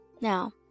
Now